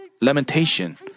lamentation